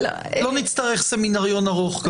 אז לא נצטרך סמינריון ארוך כאן.